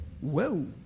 whoa